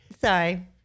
Sorry